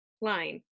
line